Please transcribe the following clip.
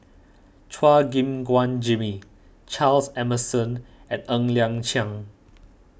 Chua Gim Guan Jimmy Charles Emmerson and Ng Liang Chiang